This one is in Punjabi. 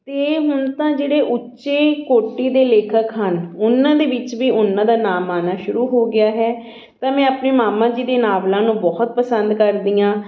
ਅਤੇ ਹੁਣ ਤਾਂ ਜਿਹੜੇ ਉੱਚੇ ਕੋਟੀ ਦੇ ਲੇਖਕ ਹਨ ਉਹਨਾਂ ਦੇ ਵਿੱਚ ਵੀ ਉਹਨਾਂ ਦਾ ਨਾਮ ਆਉਣਾ ਸ਼ੁਰੂ ਹੋ ਗਿਆ ਹੈ ਤਾਂ ਮੈਂ ਆਪਣੇ ਮਾਮਾ ਜੀ ਦੇ ਨਾਵਲਾਂ ਨੂੰ ਬਹੁਤ ਪਸੰਦ ਕਰਦੀ ਹਾਂ